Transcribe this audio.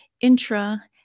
intra